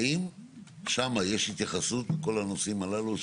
האם שם יש את התייחסות לכול הנושאים הללו,